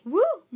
Woo